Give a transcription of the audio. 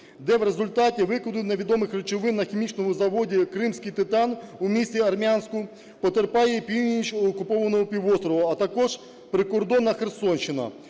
де в результаті викиду невідомих речовин на хімічному заводі "Кримський титан" у місті Армянську потерпає і північ окупованого півострова, а також прикордонна Херсонщина.